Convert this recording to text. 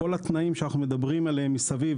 כל התנאים שאנחנו מדברים עליהם מסביב,